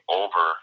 over